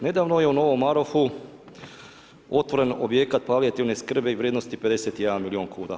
Nedavno je u Novom Marofu otvoren objekat palijativne skrbi vrijednosti 51 milijun kuna.